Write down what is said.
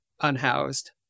unhoused